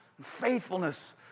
Faithfulness